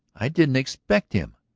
i didn't expect him.